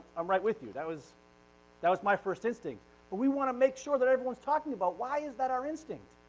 i'm right with you. that was that was my first instinct. but we want to make sure that everyone is talking about why is that our instinct?